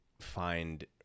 find